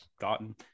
Gotten